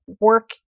work